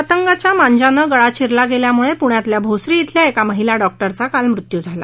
पतगांच्या मांज्यानं गळा चिरला गेल्यामुळे पूण्यातल्या भोसरी इथल्या एका महिला डॉक्टरचा काल मृत्यू झाला